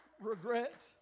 regret